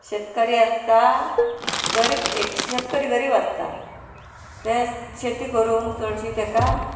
शेतकरी आसता गरीब एक शेतकरी गरीब आसता ते शेती करूंक चडशी ताका